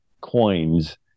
coins